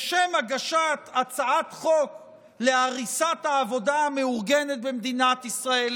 להגשת הצעת חוק להריסת העבודה המאורגנת במדינת ישראל,